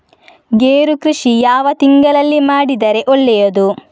ಗೇರು ಕೃಷಿ ಯಾವ ತಿಂಗಳಲ್ಲಿ ಮಾಡಿದರೆ ಒಳ್ಳೆಯದು?